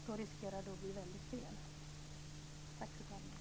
Då riskerar det att bli väldigt fel.